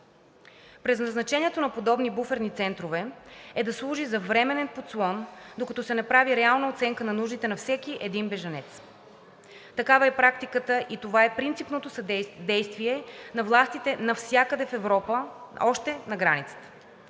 Предназначението на подобни буферни центрове е да служат за временен подслон, докато се направи реална оценка на нуждите на всеки един бежанец. Такава е практиката и това е принципното действие на властите – навсякъде в Европа, още на границата.